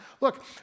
look